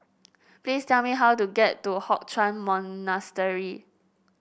please tell me how to get to Hock Chuan Monastery